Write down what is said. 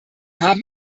haben